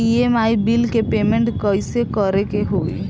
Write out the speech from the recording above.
EMI bill के payment कइसे करे के होई?